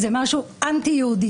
זה משהו אנטי יהודי.